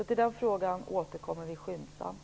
Till den frågan återkommer vi skyndsamt.